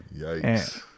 Yikes